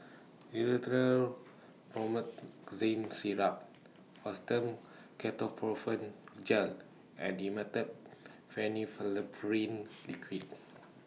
Rhinathiol Promethazine Syrup Fastum Ketoprofen Gel and Dimetapp Phenylephrine Liquid